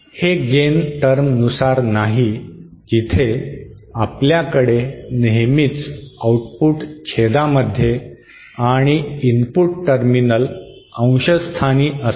हे gain term नुसार नाही जिथे आपल्याकडे नेहमीच आउटपुट छेदामध्ये आणि इनपुट टर्मिनल अंशस्थानी असते